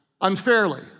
unfairly